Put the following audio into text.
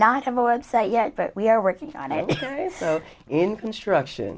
not have a website yet but we're working on it in construction